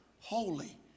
holy